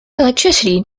electricity